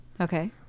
Okay